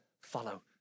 follow